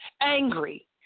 angry